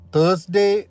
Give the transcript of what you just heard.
Thursday